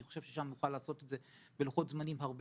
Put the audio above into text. אני חושב ששם נוכל לעשות את זה בלוחות-זמנים הרבה